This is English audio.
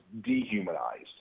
dehumanized